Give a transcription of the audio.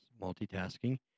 multitasking